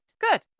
Good